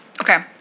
Okay